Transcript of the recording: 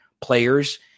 players